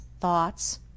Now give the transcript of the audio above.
thoughts